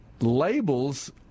labels